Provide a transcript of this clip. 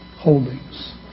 holdings